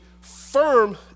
firm